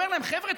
אומר להם: חבר'ה,